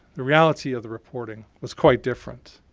the reality of the reporting was quite different.